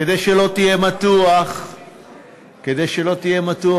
כדי שלא תהיה מתוח,